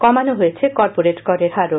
কমানো হয়েছে কর্পোরেট করের হারও